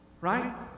Right